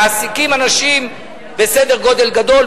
מעסיקים אנשים בסדר גודל גדול,